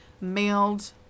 mailed